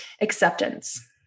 acceptance